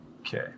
Okay